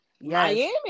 Miami